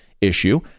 issue